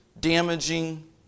damaging